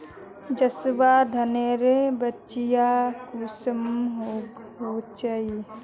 जसवा धानेर बिच्ची कुंसम होचए?